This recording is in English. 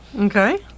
okay